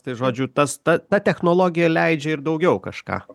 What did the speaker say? tai žodžiu tas ta ta technologija leidžia ir daugiau kažką